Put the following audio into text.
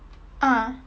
ah